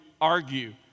argue